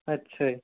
ਅੱਛਾ